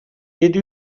yedi